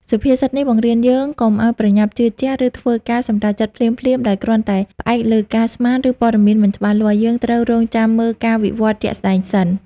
សុភាសិតនេះបង្រៀនយើងកុំឲ្យប្រញាប់ជឿជាក់ ឬធ្វើការសម្រេចចិត្តភ្លាមៗ ដោយគ្រាន់តែផ្អែកលើការស្មាន ឬព័ត៌មានមិនច្បាស់លាស់ យើងត្រូវរង់ចាំមើលការវិវត្តន៍ជាក់ស្តែងសិន។